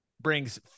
brings